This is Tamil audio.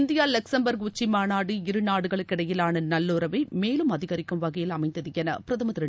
இந்தியா லக்சம்பர்க் உச்சி மாநாடு இரு நாடுகளுக்கு இடையிலான நல்லுறவை மேலும் அதிகரிக்கும் வகையில் அமைந்தது என பிரதமர் திரு